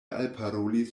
alparolis